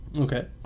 Okay